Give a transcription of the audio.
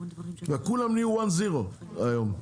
כולם נהיו וואן זירו היום,